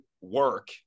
work